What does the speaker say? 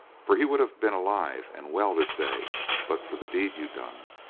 for he would have been alive and well this day but for the deed you done,